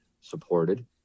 supported